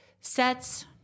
Sets